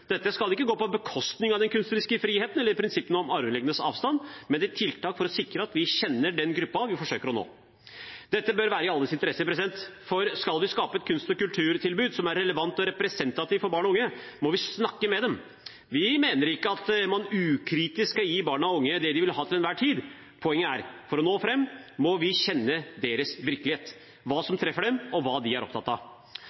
Dette skal ikke gå på bekostning av den kunstneriske friheten eller prinsippet om armlengdes avstand, men være et tiltak for å sikre at vi kjenner den gruppa vi forsøker å nå. Dette bør være i alles interesse, for skal vi skape et kunst- og kulturtilbud som er relevant og representativt for barn og unge, må vi snakke med dem. Vi mener ikke at man ukritisk skal gi barn og unge det de vil ha til enhver tid. Poenget er: For å nå fram, må vi kjenne deres virkelighet, hva som